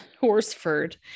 Horsford